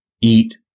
eat